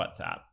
WhatsApp